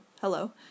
Hello